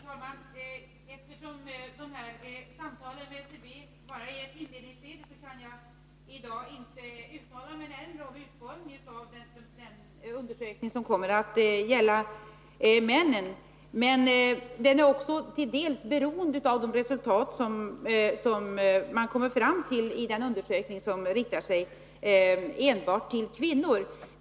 Herr talman! Eftersom de här samtalen med SCB bara är i ett inledningsskede, kan jag i dag inte uttala mig närmare om utformningen av den undersökning som kommer att gälla män, men den är delvis beroende av de resultat som man kommer fram till i den undersökning som riktar sig till kvinnor.